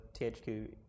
THQ